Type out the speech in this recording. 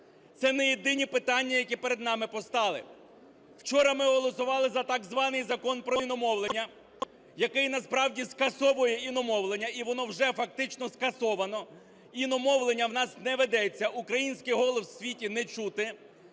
Це не єдині питання, які перед нами постали. Вчора ми голосували за так званий Закон про іномовлення, який насправді скасовує іномовлення, і воно вже фактично скасовано. Іномовлення у нас не ведеться, український голос в світі не чути,